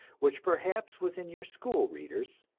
which perhaps was in your school readers,